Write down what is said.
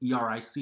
eric